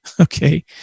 okay